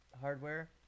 hardware